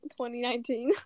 2019